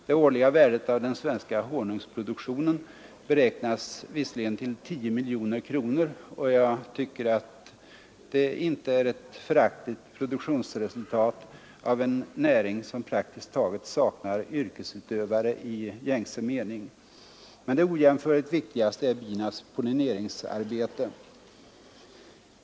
Det årliga värdet av den svenska honungsproduktionen beräknas visserligen till 10 miljoner kronor, och jag tycker inte att det är ett föraktligt produktionsresultat av en näring som praktiskt taget saknar yrkesutövare i gängse mening. Men det ojämförligt viktigaste är binas pollineringsarbete.